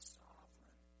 sovereign